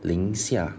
零下